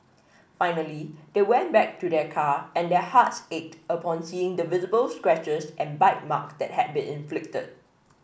finally they went back to their car and their hearts ached upon seeing the visible scratches and bite mark that had been inflicted